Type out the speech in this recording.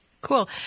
Cool